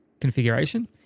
configuration